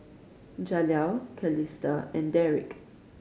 Jaleel Calista and Derick